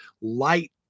light